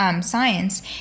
science